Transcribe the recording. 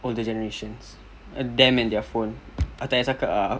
older generations them and their phone tak payah cakap ah